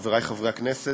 חברי חברי הכנסת,